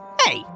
Hey